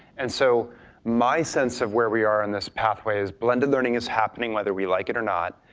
and so my sense of where we are in this pathway is blended learning is happening whether we like it or not.